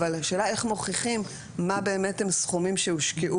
אבל השאלה איך מוכיחים מה באמת הם סכומים שהושקעו